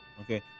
Okay